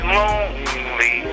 lonely